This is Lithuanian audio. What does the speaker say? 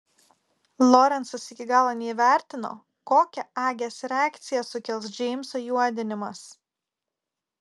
lorencas iki galo neįvertino kokią agės reakciją sukels džeimso juodinimas